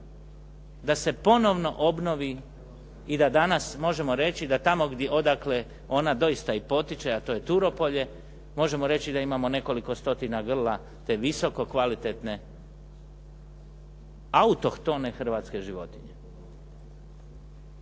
da se ponovno obnovi i da danas možemo reći da tamo odakle ona doista i potiče, a to je Turopolje, možemo reći da imamo nekoliko stotina grla te visoko kvalitetne autohtone hrvatske životinje.